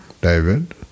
David